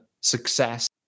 success